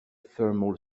thermal